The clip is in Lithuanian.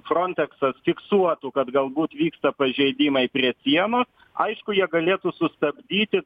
fronteksas fiksuotų kad galbūt vyksta pažeidimai prie sieno aišku jie galėtų sustabdyti